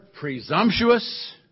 presumptuous